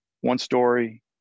one-story